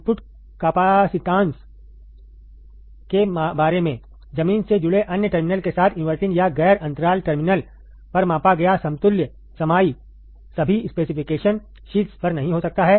input capacitance के बारे में जमीन से जुड़े अन्य टर्मिनल के साथ इनवर्टिंग या गैर अंतराल टर्मिनल पर मापा गया समतुल्य समाई सभी स्पेसिफिकेशन शीट्स पर नहीं हो सकता है